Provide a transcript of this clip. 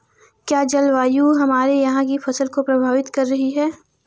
क्या जलवायु हमारे यहाँ की फसल को प्रभावित कर रही है?